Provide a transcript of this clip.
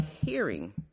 hearing